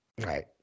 Right